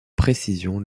précisions